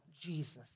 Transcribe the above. Jesus